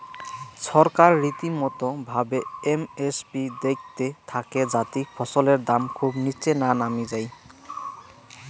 ছরকার রীতিমতো ভাবে এম এস পি দেইখতে থাকে যাতি ফছলের দাম খুব নিচে না নামি যাই